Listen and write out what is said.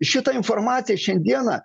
šitą informaciją šiandiena